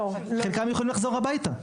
חלקם יכולים לחזור הביתה.